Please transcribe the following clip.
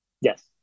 Yes